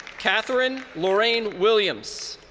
catherine lorraine williams.